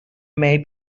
may